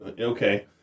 okay